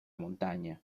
montaña